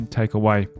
takeaway